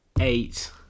eight